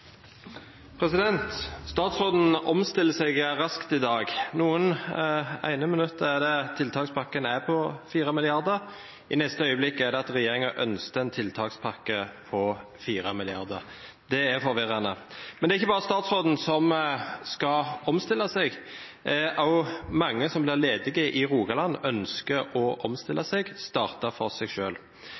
oppfølgingsspørsmål. Statsråden omstiller seg raskt i dag. Det ene minuttet er det at tiltakspakken er på 4 mrd. kr, i neste øyeblikk er det at regjeringen ønsket en tiltakspakke på 4 mrd. kr. Det er forvirrende. Men det er ikke bare statsråden som skal omstille seg. Også mange som blir ledige i Rogaland, ønsker å omstille seg, å starte for seg